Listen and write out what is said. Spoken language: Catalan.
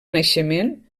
naixement